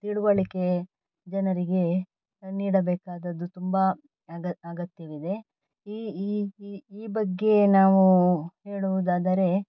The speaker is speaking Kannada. ತಿಳುವಳಿಕೆ ಜನರಿಗೆ ನೀಡಬೇಕಾದದ್ದು ತುಂಬ ಅಗತ್ಯವಿದೆ ಈ ಈ ಈ ಈ ಬಗ್ಗೆ ನಾವು ಹೇಳುವುದಾದರೆ